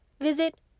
visit